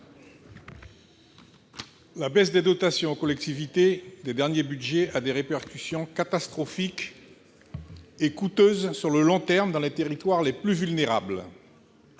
La baisse des dotations aux collectivités résultant des derniers budgets a des répercussions catastrophiques et coûteuses sur le long terme dans les territoires les plus vulnérables.